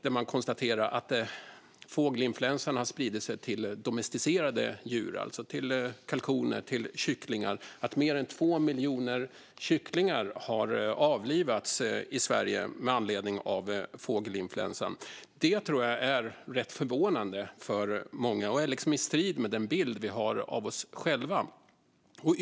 Där konstaterar man att fågelinfluensan har spridit sig till domesticerade djur - kalkoner och kycklingar. Mer än 2 miljoner kycklingar har avlivats i Sverige med anledning av fågelinfluensan. Det tror jag är rätt förvånande för många, och det är liksom i strid med den bild vi har av oss själva.